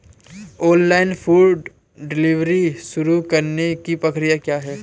Online food delivery शुरू करने की प्रक्रिया क्या है?